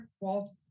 Walt